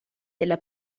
della